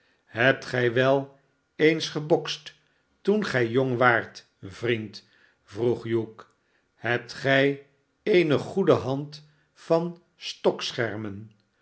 hebt gij wel eens gebokst toen gij jong waart vriend vroeg hugh shebt gij eene goede hand van